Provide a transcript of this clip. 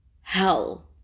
hell